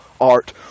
art